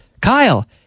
Kyle